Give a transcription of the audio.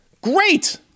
Great